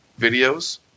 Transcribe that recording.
videos